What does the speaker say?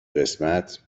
قسمت